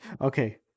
Okay